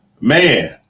Man